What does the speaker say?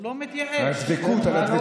על הדבקות, על הדבקות.